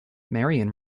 marian